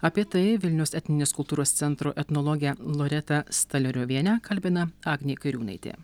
apie tai vilniaus etninės kultūros centro etnologę loretą stalioriovienę kalbina agnė kairiūnaitė